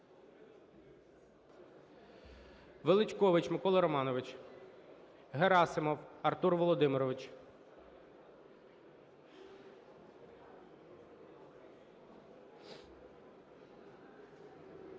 Величкович Микола Романович. Герасимов Артур Володимирович